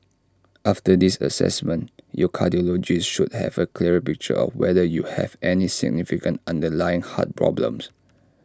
after this Assessment your cardiologist should have A clearer picture of whether you have any significant underlying heart problem